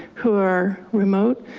who are remote,